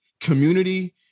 community